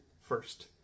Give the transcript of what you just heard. first